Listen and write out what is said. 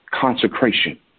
consecration